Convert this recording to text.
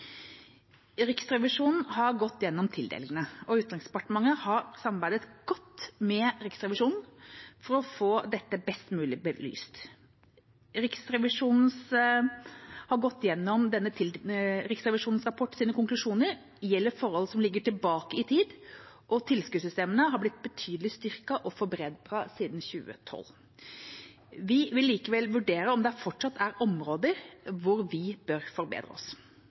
Riksrevisjonen har gått igjennom tildelingene, og Utenriksdepartementet har samarbeidet godt med Riksrevisjonen for å få dette best mulig belyst. Konklusjonen i Riksrevisjonens rapport gjelder forhold som ligger tilbake i tid, og tilskuddssystemene har blitt betydelig styrket og forbedret siden 2012. Vi vil likevel vurdere om det fortsatt er områder hvor vi bør forbedre oss.